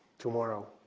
tomorrow